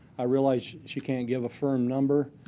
i realize she can't give a firm number,